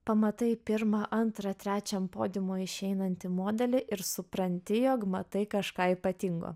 pamatai pirmą antrą trečią ant podiumo išeinantį modelį ir supranti jog matai kažką ypatingo